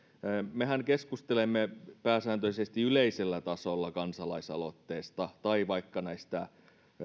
mehän keskustelemme pääsääntöisesti yleisellä tasolla kansalaisaloitteesta tai vaikka näistä